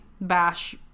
Bash